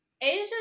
Asia